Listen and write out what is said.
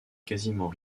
quasiment